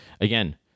Again